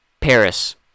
paris